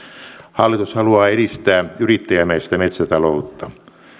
hallitus haluaa edistää yrittäjämäistä metsätaloutta